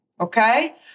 okay